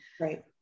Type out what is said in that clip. Right